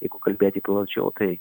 jeigu kalbėti plačiau tai